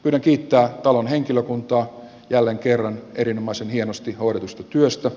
yle kiittää talon henkilökuntaa jälleen kerran erinomaisen hienosti hoidetusta työstä